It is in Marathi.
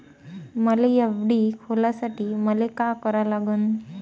मले एफ.डी खोलासाठी मले का करा लागन?